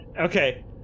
Okay